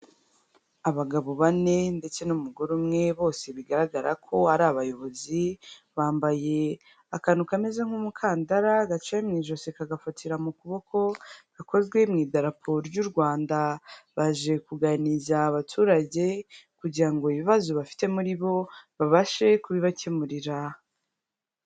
Abagabo bane ndetse n'umugore umwe, bose bigaragara ko ari abayobozi, bambaye akantu kameze nk'umukandara gaciye mu ijosi kagafatira mu kuboko, gakozwe mu idarapo ry'u Rwanda, baje kuganiriza abaturage, kugira ngo ibibazo bafite muri bo babashe kubibakemurira.